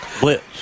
Blitz